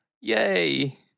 yay